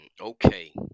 Okay